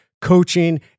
coaching